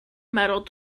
metal